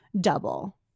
double